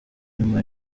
nyuma